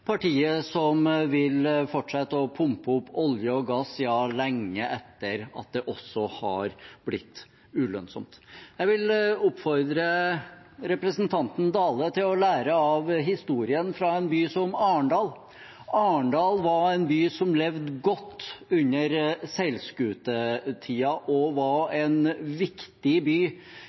partiet som vil fortsette å pumpe opp olje og gass lenge etter at det også har blitt ulønnsomt. Jeg vil oppfordre representanten Dale til å lære av historien til en by som Arendal. Arendal var en by som levde godt under seilskutetiden og var en viktig by